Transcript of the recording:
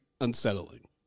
unsettling